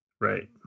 Right